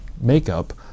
makeup